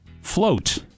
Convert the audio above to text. float